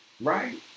Right